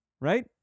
right